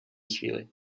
chvíli